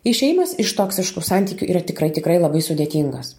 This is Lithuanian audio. išėjimas iš toksiškų santykių yra tikrai tikrai labai sudėtingas